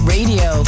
Radio